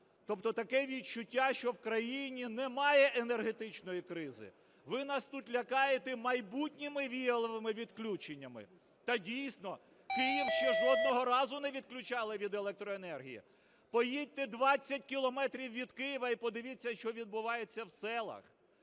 Тобто таке відчуття, що в країні немає енергетичної кризи. Ви нас тут лякаєте майбутніми віяловими відключеннями. Та, дійсно, Київ ще жодного разу не відключали від електроенергії. Поїдьте 20 кілометрів від Києва і подивіться, що відбувається в селах.